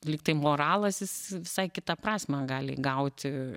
lyg tai moralas jis visai kitą prasmę gali įgauti